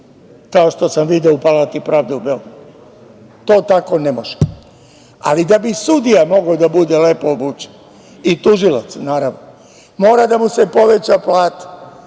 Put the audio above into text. kao što sam video u Palati pravde u Beogradu. To tako ne može. Da bi sudija mogao da bude lepo obučen i tužilac, naravno, mora da mu se poveća plata.